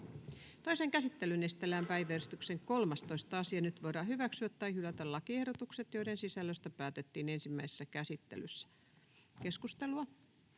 Toiseen käsittelyyn esitellään päiväjärjestyksen 8. asia. Nyt voidaan hyväksyä tai hylätä lakiehdotukset, joiden sisällöstä päätettiin ensimmäisessä käsittelyssä. — Edustaja